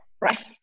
right